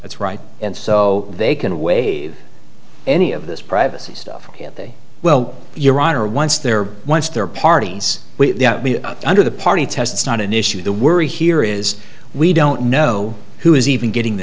that's right and so they can waive any of this privacy stuff well your honor once they're once they're parties under the party test it's not an issue the worry here is we don't know who is even getting the